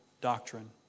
doctrine